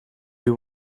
you